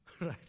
right